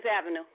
Avenue